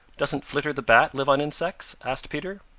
doesn't flitter the bat live on insects? asked peter.